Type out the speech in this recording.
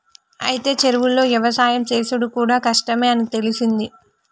అయితే చెరువులో యవసాయం సేసుడు కూడా కష్టమే అని తెలిసింది